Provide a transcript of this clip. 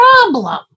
problem